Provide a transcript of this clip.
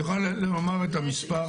את יכולה לומר את המספר?